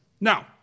Now